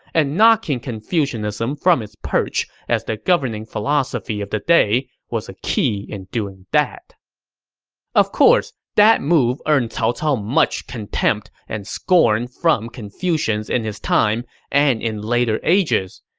and knocking confucianism from its perch as the governing philosophy of the day was a key in doing that of course, that move earned cao cao much and scorn from confucians in his time and in later ages.